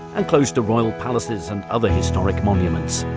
and close to royal palaces and other historic monuments.